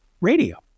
radio